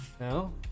No